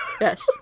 yes